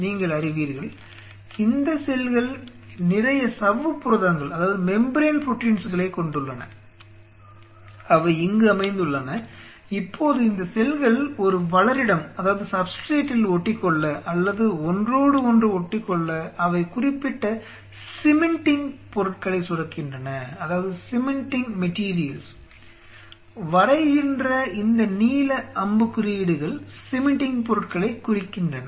நீங்கள் அறிவீர்கள் இந்த செல்கள் நிறைய சவ்வு புரதங்களைக் கொண்டுள்ளன அவை இங்கு அமைந்துள்ளன இப்போது இந்த செல்கள் ஒரு வளரிடத்தில் ஒட்டிக்கொள்ள அல்லது ஒன்றோடு ஒன்று ஒட்டிக்கொள்ள அவை குறிப்பிட்ட சிமெண்டிங் பொருட்களை சுரக்கின்றன வரைகின்ற இந்த நீல அம்புகுறியீடுகள் சிமெண்டிங் பொருட்களை குறிக்கின்றன